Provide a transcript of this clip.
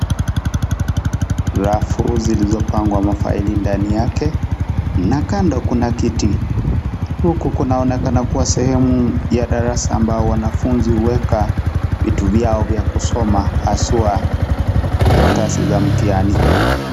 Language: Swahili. Rafu zilizopangwa mafaili ndani yake, na kando kuna kiti. Huku kunaonekana kuwa sehemu ya darasa ambao wanafunzi huweka vitu vyao vya kusoma hasa karatasi za mtihani.